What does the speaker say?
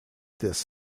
this